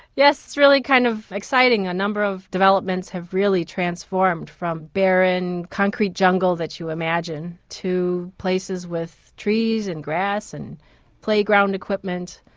yes, it's really kind of exciting. a number of developments have really transformed from barren concrete jungle that you imagine to places with trees, and grass, and playground equipment.